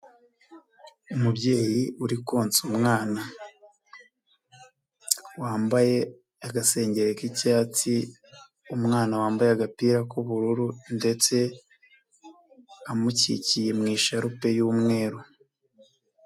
Umubyeyi uri konsa umwana, wambaye agasenge k'icyatsi, umwana wambaye agapira k'ubururu ndetse amukikiye mwisharupe y'umweru.